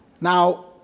Now